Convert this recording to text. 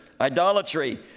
idolatry